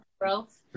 growth